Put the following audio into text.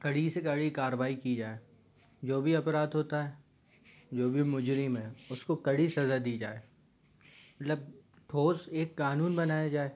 कड़ी से कड़ी कार्रवाई की जाए जो भी अपराध होता है जो भी मुजरिम है उसको कड़ी सज़ा दी जाए मतलब ठोस एक कानून बनाया जाए